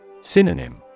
Synonym